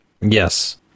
yes